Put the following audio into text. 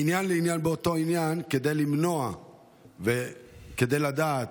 ומעניין לעניין באותו עניין, כדי למנוע וכדי לדעת,